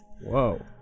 Whoa